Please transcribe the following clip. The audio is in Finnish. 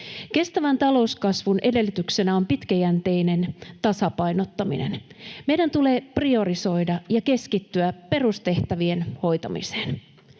Kestävän talouskasvun edellytyksenä on pitkäjänteinen tasapainottaminen. Meidän tulee priorisoida ja keskittyä perustehtävien hoitamiseen.